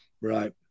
right